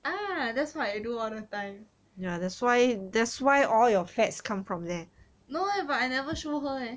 ah that's what I do all the time no leh but I never show her eh